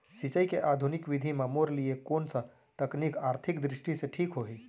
सिंचाई के आधुनिक विधि म मोर लिए कोन स तकनीक आर्थिक दृष्टि से ठीक होही?